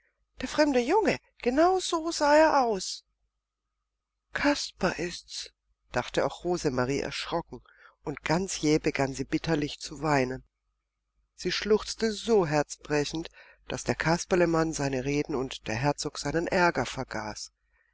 der fremde junge genau so sah er aus kasper ist's dachte auch rosemarie erschrocken und ganz jäh begann sie bitterlich zu weinen sie schluchzte so herzbrechend daß der kasperlemann seine reden und der herzog seinen ärger vergaß